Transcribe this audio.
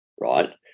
right